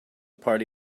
party